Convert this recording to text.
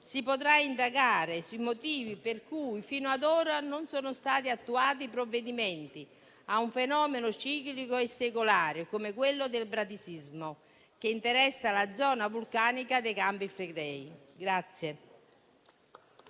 si potrà indagare sui motivi per cui fino ad ora non sono stati attuati provvedimenti per far fronte a un fenomeno ciclico e secolare come quello del bradisismo che interessa la zona vulcanica dei Campi Flegrei.